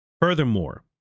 Furthermore